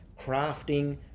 crafting